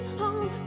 home